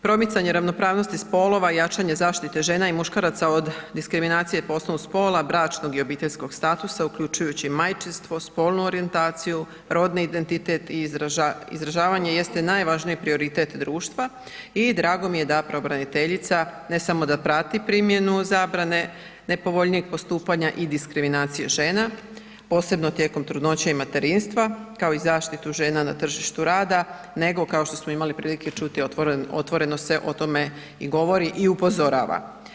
Promicanje ravnopravnosti spolova i jačanje zaštite žena i muškaraca od diskriminacije posebno spola, bračnog i obiteljskog statusa uključujući i majčinstvo, spolnu orijentaciju, rodni identitet i izražavanje jeste najvažniji prioritet društva i drago mi je da pravobraniteljica ne samo da prati primjenu zabrane nepovoljnijeg postupanja i diskriminacije žena, posebno tijekom trudnoće i materinstva kao i zaštitu žena na tržištu rada nego kao što smo imali prilike čuti, otvoreno se o tome i govori i upozorava.